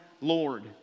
Lord